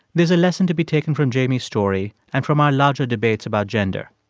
there's a lesson to be taken from jamie's story and from our larger debates about gender.